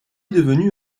devenu